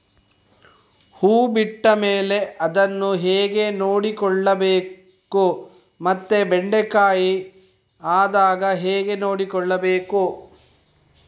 ಹೂ ಬಿಟ್ಟ ಮೇಲೆ ಅದನ್ನು ಹೇಗೆ ನೋಡಿಕೊಳ್ಳಬೇಕು ಮತ್ತೆ ಬೆಂಡೆ ಕಾಯಿ ಆದಾಗ ಹೇಗೆ ನೋಡಿಕೊಳ್ಳಬೇಕು?